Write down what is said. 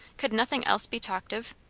could nothing else be talked of?